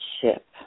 ship